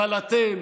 אבל אתם,